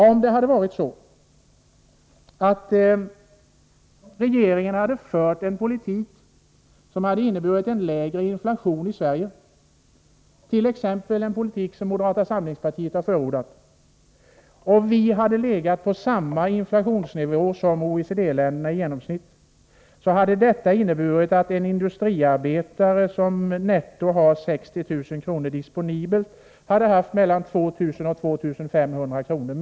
Om det hade varit så, att regeringen hade fört en politik som hade inneburit en lägre inflation i Sverige — t.ex. en politik av det slag som moderata samlingspartiet har förordat — och vi hade legat på samma inflationsnivå som OECD-länderna i genomsnitt ligger på hade detta inneburit att en industriarbetare som netto har 60 000 kr. disponibla hade fått 2 000-2 500 kr.